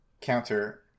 counter